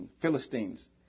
philistines